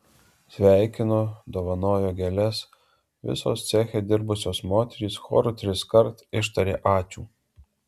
sveikino dovanojo gėles visos ceche dirbusios moterys choru triskart ištarė ačiū